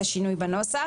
זה שינוי בנוסח.